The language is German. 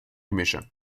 gemische